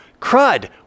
Crud